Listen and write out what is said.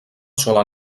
sola